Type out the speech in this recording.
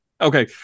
Okay